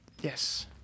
yes